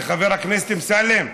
חבר הכנסת אמסלם,